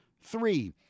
Three